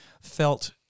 felt